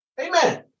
Amen